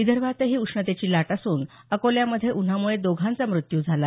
विदर्भातही उष्णतेची लाट असून अकोल्यामध्ये उन्हामुळे दोघांचा मृत्यू झाला